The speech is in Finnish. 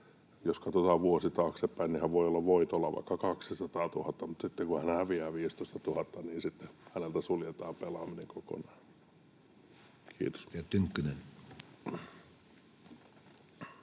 jos katsotaan vuosi taaksepäin, hän voi olla voitolla vaikka 200 000, mutta sitten, kun hän häviää 15 000, niin häneltä suljetaan pelaaminen kokonaan. — Kiitos.